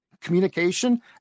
communication